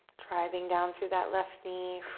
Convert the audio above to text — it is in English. driving down through that left knee.